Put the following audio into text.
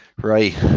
Right